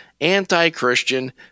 anti-Christian